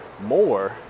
more